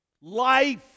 Life